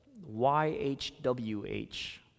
Y-H-W-H